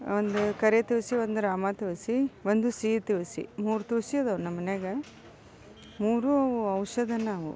ಒಂದು ಕರಿ ತುಳಸಿ ಒಂದು ರಾಮಾ ತುಳಸಿ ಒಂದು ಸಿಹಿ ತುಳಸಿ ಮೂರು ತುಳಸಿ ಅದಾವು ನಮ್ಮ ಮನೆಯಾಗ ಮೂರು ಅವು ಔಷಧ ಅವು